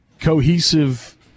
cohesive